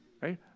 right